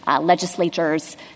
legislature's